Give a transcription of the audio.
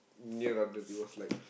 near London it was like